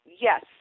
yes